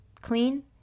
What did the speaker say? clean